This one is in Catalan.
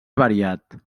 variat